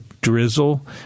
drizzle